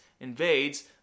invades